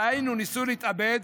דהיינו ניסו להתאבד,